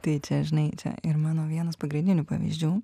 tai čia žinai čia ir mano vienas pagrindinių pavyzdžių